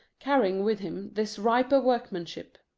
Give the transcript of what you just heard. carrying with him this riper workmanship.